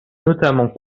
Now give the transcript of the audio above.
notamment